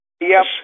Yes